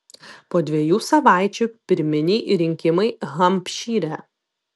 po dviejų savaičių pirminiai rinkimai hampšyre